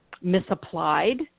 misapplied